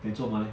then 做么 leh